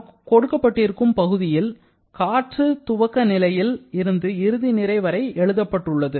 நமக்குக் கொடுக்கப்பட்டிருக்கும் பகுதியில் காற்று துவக்க நிலையில் இருந்து இறுதிநிலை வரை எழுதப்பட்டுள்ளது